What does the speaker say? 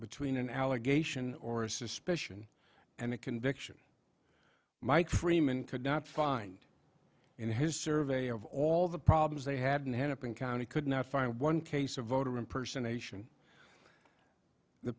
between an allegation or a suspicion and a conviction mike freeman could not find in his survey of all the problems they had in hennepin county could not find one case of voter impersonation the